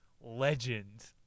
Legend